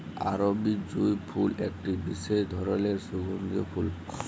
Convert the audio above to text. আরবি জুঁই ফুল একটি বিসেস ধরলের সুগন্ধিও ফুল